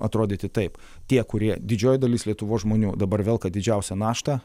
atrodyti taip tie kurie didžioji dalis lietuvos žmonių dabar velka didžiausią naštą